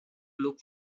look